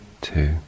two